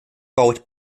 baut